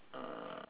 uh